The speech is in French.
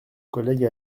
collègues